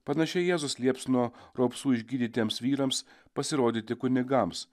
panašiai jėzus lieps nuo raupsų išgydytiems vyrams pasirodyti kunigams